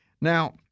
Now